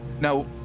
Now